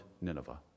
Nineveh